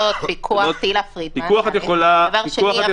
תהלה פרידמן, דבר ראשון.